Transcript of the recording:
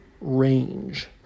range